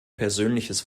persönliches